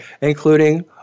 including